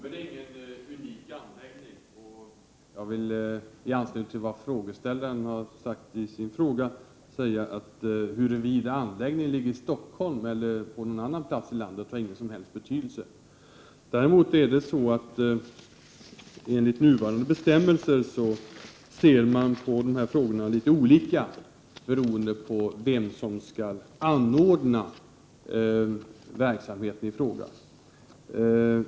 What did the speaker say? Herr talman! Globen är inte någon unik anläggning. Jag vill i anslutning till det frågeställaren nämner i sin fråga säga att det inte har någon som helst betydelse huruvida en anläggning finns i Stockholm eller på någon annan plats i landet. Man ser däremot enligt de nuvarande bestämmelserna litet olika på de här frågorna beroende på vem som anordnar verksamheten i fråga.